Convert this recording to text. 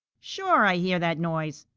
sure, i hear that noise.